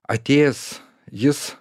atėjęs jis